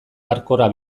hardcoreko